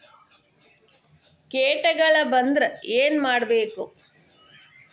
ಕೇಟಗಳ ಬಂದ್ರ ಏನ್ ಮಾಡ್ಬೇಕ್?